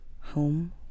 Home